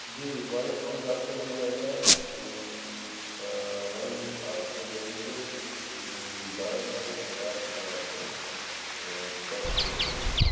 جی white rose آپ کو مل جائے گا ہم آپ کو دے دیں گے بارہ سو پچاس میں آپ کو سو پھول دے دیں گے